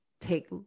take